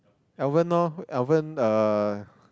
Alven lor Alven uh